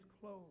clothes